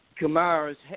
Kamara's